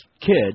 kid